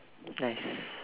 nice